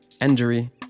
injury